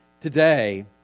Today